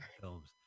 films